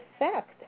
effect